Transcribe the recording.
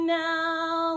now